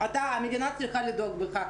המדינה צריכה לדאוג לך.